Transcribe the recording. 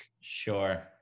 Sure